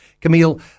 Camille